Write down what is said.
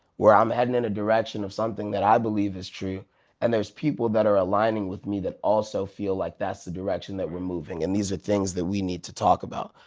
where i'm heading in a direction of something that i believe is true and there's people that are aligning with me that also feel like that's the direction that we're moving in, and these are things that we need to talk about.